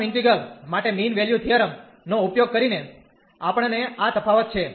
પ્રથમ ઈન્ટિગ્રલ માટે mean value theorem નો ઉપયોગ કરીને આપણને આ તફાવત છે